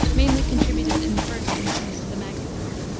mainly contributed in the first instance to the magazines.